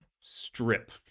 strip